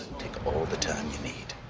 take all the time you need.